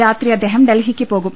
രാത്രി അദ്ദേഹം ഡൽഹിക്ക് പോകും